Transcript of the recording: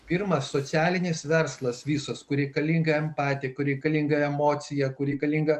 pirmas socialinis verslas visos kur reikalinga patikra reikalinga emocija kuri reikalinga